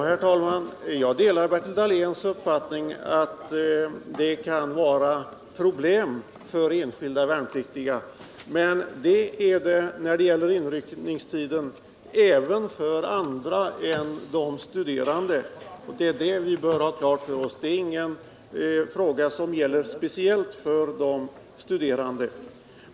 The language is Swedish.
Herr talman! Jag delar Bertil Dahléns uppfattning att detta kan vara ett problem för enskilda värnpliktiga, men inryckningstiden kan vara ett problem även för andra värnpliktiga än de studerande. Det är detta vi bör ha klart för oss — det här är ingen fråga som gäller speciellt för de studerande.